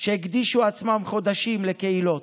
הקדישו עצמם חודשים לקהילות.